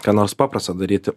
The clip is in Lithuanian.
ką nors paprasto daryti